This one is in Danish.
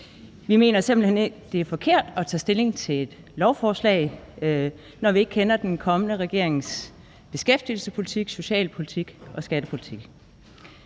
Vi mener simpelt hen, det er forkert at tage stilling til et lovforslag, når vi ikke kender den kommende regerings beskæftigelsespolitik, socialpolitik og skattepolitik.